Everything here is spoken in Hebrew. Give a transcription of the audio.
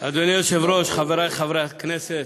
אדוני היושב-ראש, חברי חברי הכנסת,